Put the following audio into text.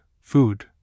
food